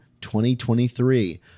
2023